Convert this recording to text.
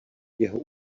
jeho